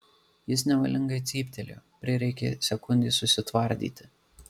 jis nevalingai cyptelėjo prireikė sekundės susitvardyti